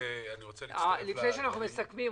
שאנחנו מסכמים,